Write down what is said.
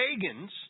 pagans